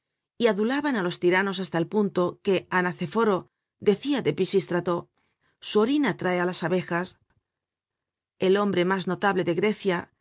y adulaban á los tiranos hasta el punto que anaceforo decia de pisistrato su orin atrae á las abejas el hombre mas notable de grecia